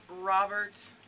Robert